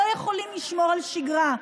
שלא יכולים לשמור על שגרה,